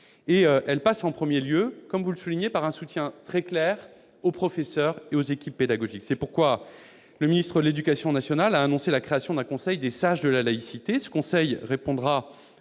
Elle passe en premier lieu, vous le souligniez, par un soutien très clair aux professeurs et aux équipes pédagogiques. C'est pourquoi le ministre de l'éducation nationale a annoncé la création d'un conseil des sages de la laïcité. Ce conseil répondra